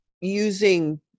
using